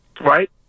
right